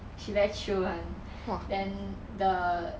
she very chill [one] then the